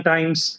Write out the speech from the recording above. Times